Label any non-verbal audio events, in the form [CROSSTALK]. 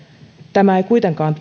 tämä ei kuitenkaan [UNINTELLIGIBLE]